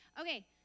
Okay